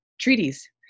treaties